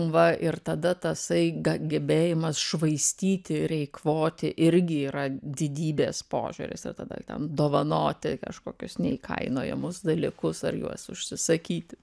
va ir tada tasai ga gebėjimas švaistyti ir eikvoti irgi yra didybės požiūris ir tada ten dovanoti kažkokius neįkainojamus dalykus ar juos užsisakyti